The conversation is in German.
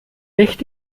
nicht